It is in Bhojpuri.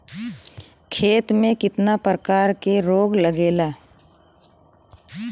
खेती में कितना प्रकार के रोग लगेला?